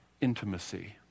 intimacy